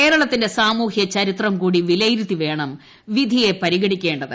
കേരളത്തിന്റെ സാമൂഹ്യ ചരിത്രംകൂടി വിലയിരുത്തിവേണം വിധിയെ പരിഗണിക്കേണ്ടത്